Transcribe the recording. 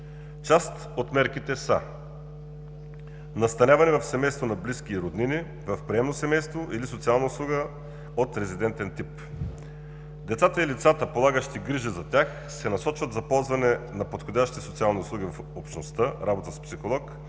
Част от мерките са: настаняване в семейство на близки и роднини, в приемно семейство или социална услуга от резидентен тип. Децата и лицата, полагащи грижи за тях, се насочват за ползване на подходящи социални услуги в общността, работа с психолог,